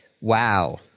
Wow